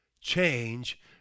Change